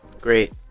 great